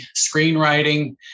screenwriting